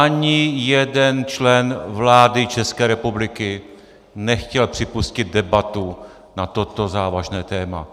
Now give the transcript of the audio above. Ani jeden člen vlády České republiky nechtěl připustit debatu na toto závažné téma.